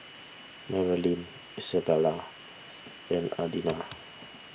Marolyn Izabella and Adina